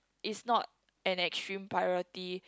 is not an extreme priority